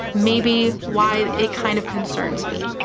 maybe, why it kind of concerns me.